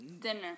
Dinner